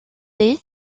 est